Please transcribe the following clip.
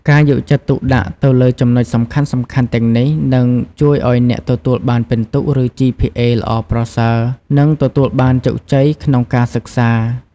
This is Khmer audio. ការយកចិត្តទុកដាក់ទៅលើចំណុចសំខាន់ៗទាំងនេះ នឹងជួយឱ្យអ្នកទទួលបានពិន្ទុ ឬ ជីភីអេ ល្អប្រសើរ និងទទួលបានជោគជ័យក្នុងការសិក្សា។